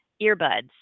earbuds